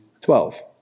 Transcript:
twelve